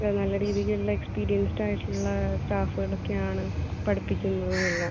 നല്ല രീതിയിൽ നല്ല എക്സ്പീരിയൻസ്ഡായിട്ടുള്ള സ്റ്റാഫുകളൊക്കെയാണ് പഠിപ്പിക്കുന്നതും എല്ലാം